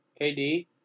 KD